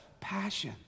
passion